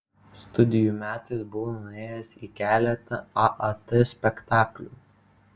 studijų metais buvau nuėjęs į keletą aat spektaklių